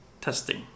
testing